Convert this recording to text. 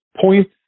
points